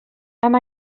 amb